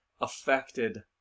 affected